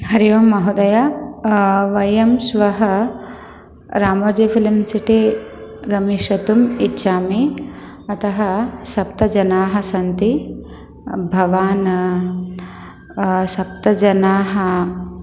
हरि ओं महोदय वयं श्वः रामोजि फ़िल्म् सिटि गमिष्यतुम् इच्छामि अतः सप्तजनाः सन्ति भवान् सप्तजनाः